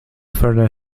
further